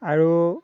আৰু